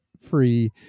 free